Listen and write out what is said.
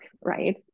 right